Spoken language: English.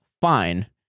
fine